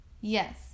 Yes